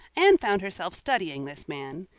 anne found herself studying this man.